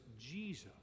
Jesus